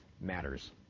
matters